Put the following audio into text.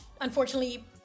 unfortunately